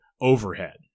overhead